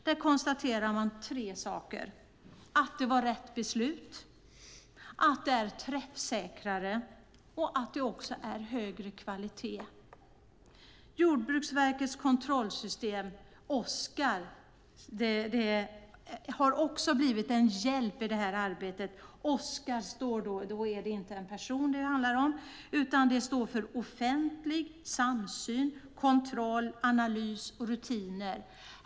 Där konstaterade man tre saker, nämligen att det var rätt beslut, att det är träffsäkrare och att det är högre kvalitet. Jordbruksverkets kontrollsystem Oskar har också blivit en hjälp i arbetet. Oskar är inte en person utan står för offentlighet, samsyn, kontroll, analys och rutiner.